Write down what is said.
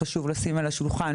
חשוב לשים על השולחן,